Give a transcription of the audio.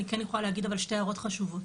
אני כן יכולה להגיד אבל שתי הערות חשובות.